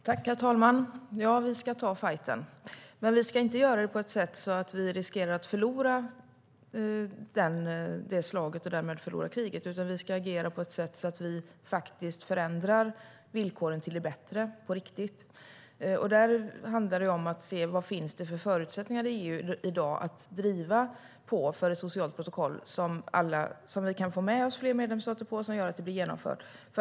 Herr talman! Ja, vi ska ta fajten. Men vi ska inte göra det på ett sätt så att vi riskerar att förlora det slaget och därmed förlora kriget, utan vi ska agera på ett sätt så att vi faktiskt förändrar villkoren till det bättre på riktigt. Det handlar om att se vilka förutsättningar som finns i EU i dag att driva på för ett socialt protokoll som vi kan få med oss fler medlemsstater på, vilket gör att det blir genomfört.